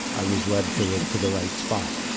i was led to the to the right spot.